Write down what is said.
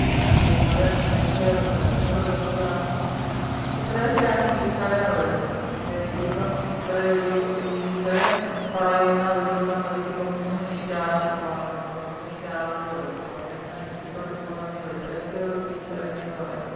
അതാണ് വെരുന്നത് അങ്ങനൊക്കെ പ്രശ്നങ്ങള് വരുന്നത് കാരണം ഇത്രൊക്കെയാണ് ഫീസ്ഘടന വിടുന്നത് പക്ഷേ ഇതിപ്പം ഇത്ര ഒരു ഇത്രേം പറയുന്ന ഒരു സംഗതിക്ക് ഇപ്പം മൂന്ന് മിനിറ്റാണ് ഇപ്പ ആവുന്നത് ഇപ്പ മൂന്ന് മിനിറ്റാവുന്നേ ഉള്ളു അപ്പ അത്രേ ഞാൻ നീട്ടിക്കൊണ്ട് പോകുന്നന്നേ ഉള്ളു ഇത്രയൊക്കെ ഉള്ളു ഫീസ് കടന എന്ന് പറയുന്നത്